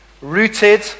rooted